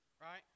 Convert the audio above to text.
Right